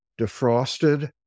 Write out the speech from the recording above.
defrosted